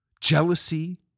jealousy